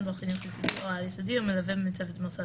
בו חינוך יסודי או על יסודי המלווה מצוות מוסד